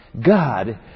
God